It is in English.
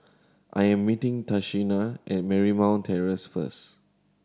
I am meeting Tashina at Marymount Terrace first